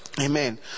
Amen